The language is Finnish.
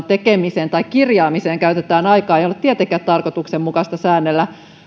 tekemiseen tai kirjaamiseen käytetään aikaa ei ole tietenkään tarkoituksenmukaista säännellä